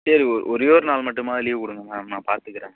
சரி ஒரே ஒரு நாள் மட்டுமாவது லீவ் கொடுங்க மேம் நான் பார்த்துக்கறேன்